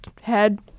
head